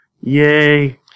Yay